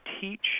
teach